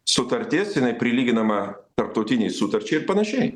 sutartis jinai prilyginama tarptautinei sutarčiai ir panašiai